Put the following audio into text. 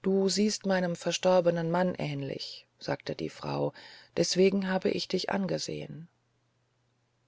du siehst meinem verstorbenen mann ähnlich sagte die frau deswegen habe ich dich angesehen